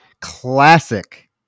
classic